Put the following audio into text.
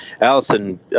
Allison